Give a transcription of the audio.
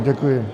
Děkuji.